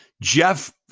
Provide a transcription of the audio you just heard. Jeff